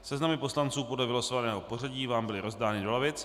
Seznamy poslanců podle vylosovaného pořadí vám byly rozdány do lavic.